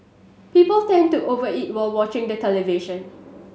people tend to over eat while watching the television